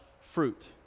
fruit